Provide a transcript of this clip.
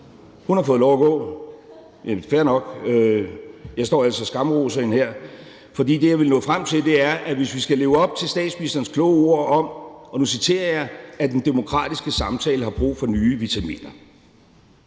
Hun har fået lov at gå, jamen fair nok, jeg står ellers og skamroser hende her, for det, jeg ville nå frem til, er, at vi skal leve op til statsministerens kloge ord om, og nu citerer jeg, at den demokratiske samtale har »brug for nye vitaminer«,